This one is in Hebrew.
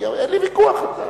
אין לי ויכוח אתך.